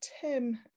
Tim